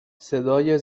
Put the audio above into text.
صدای